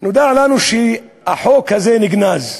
נודע לנו שהחוק הזה נגנז.